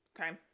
Okay